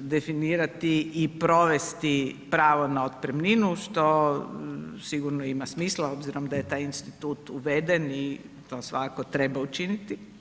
definirati i provesti pravo na otpremninu što sigurno ima smisla obzirom da je taj institut uveden i to svakako treba učiniti.